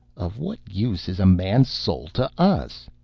of what use is a man's soul to us?